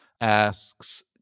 asks